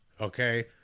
okay